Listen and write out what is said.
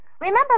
Remember